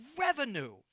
revenue